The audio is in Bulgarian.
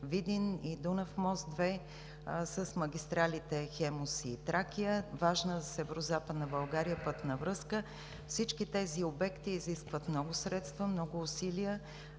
Видин и Дунав мост 2 с магистралите „Хемус“ и „Тракия“ – важна за Северозападна България пътна връзка. Всички тези обекти изискват много средства, много усилия